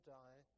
die